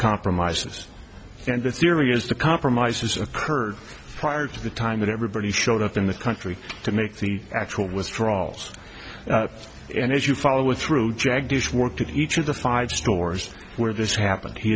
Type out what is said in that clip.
compromises and the theory is the compromises occurred prior to the time that everybody showed up in the country to make the actual withdrawals and as you follow it through jagdish work to each of the five stores where this happened he